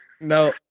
no